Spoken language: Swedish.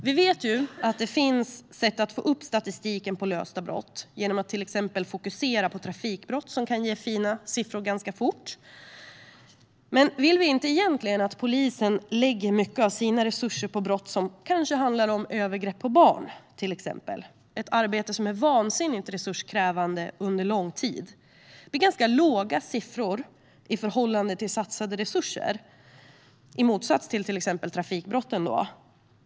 Vi vet att det finns sätt att förbättra statistiken för lösta brott genom att till exempel fokusera på trafikbrott, som kan ge fina siffror fort. Men vi vill väl egentligen att polisen ska lägga mycket av sina resurser på vissa brott, till exempel övergrepp på barn. Det är arbete som är vansinnigt resurskrävande, utförs under lång tid och ger låga siffror i förhållande till satsade resurser - i motsats till exempelvis trafikbrotten.